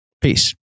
Peace